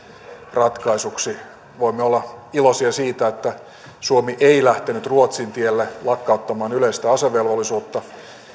ratkaisuksi voimme olla iloisia siitä että suomi ei lähtenyt ruotsin tielle lakkauttamaan yleistä asevelvollisuutta